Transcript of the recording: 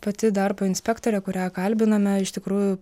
pati darbo inspektorė kurią kalbinome iš tikrųjų